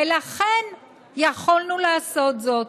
ולכן יכולנו לעשות זאת".